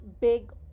big